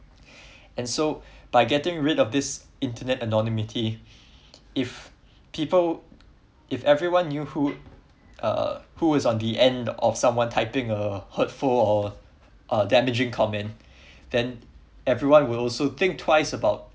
and so by getting rid of this internet anonymity if people if everyone knew who uh who is on the end of someone typing a hurtful or uh damaging comment then everyone will also think twice about